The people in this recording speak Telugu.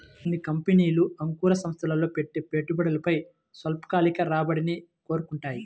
కొన్ని కంపెనీలు అంకుర సంస్థల్లో పెట్టే పెట్టుబడిపై స్వల్పకాలిక రాబడిని కోరుకుంటాయి